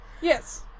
Yes